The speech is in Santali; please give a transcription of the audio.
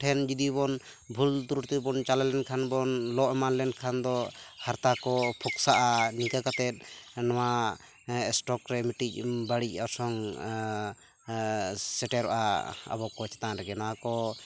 ᱴᱷᱮᱱ ᱡᱩᱫᱤᱵᱚᱱ ᱵᱷᱩᱞ ᱪᱟᱞᱟᱣ ᱞᱮᱱᱠᱷᱟᱱ ᱵᱚᱱ ᱞᱚ ᱮᱢᱟᱱ ᱞᱮᱱᱠᱷᱟᱱ ᱫᱚ ᱦᱟᱨᱛᱟ ᱠᱚ ᱯᱷᱠᱥᱟᱼᱟ ᱤᱱᱠᱟᱹ ᱠᱟᱛᱮ ᱱᱚᱣᱟ ᱮᱥᱴᱚᱠ ᱨᱮ ᱢᱤᱫᱴᱤᱡ ᱵᱟᱹᱲᱤᱡ ᱚᱨᱥᱚᱝ ᱥᱮᱴᱮᱨᱚᱜᱼᱟ ᱟᱵᱚᱠᱚ ᱪᱮᱛᱟᱱ ᱨᱮᱜᱮ ᱱᱚᱣᱟᱠᱚ